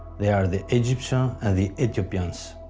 they are the egyptians and the ethiopians.